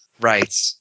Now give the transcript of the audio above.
Right